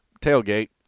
tailgate